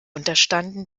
unterstanden